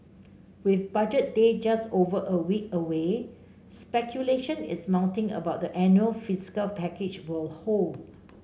with Budget Day just over a week away speculation is mounting about the annual fiscal package will hold